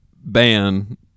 ban